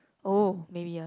oh maybe ah